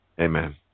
Amen